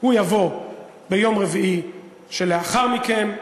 הוא יבוא ביום רביעי שלאחר מכן,